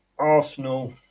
Arsenal